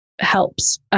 helps